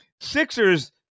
Sixers